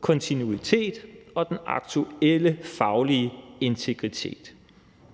kontinuitet og den aktuelle faglige integritet.